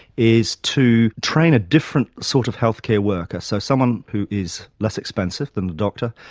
is to train a different sort of health-care worker, so someone who is less expensive than a doctor,